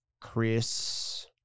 Chris